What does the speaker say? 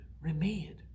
remade